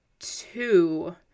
two